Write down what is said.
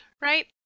right